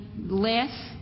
less